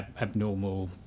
abnormal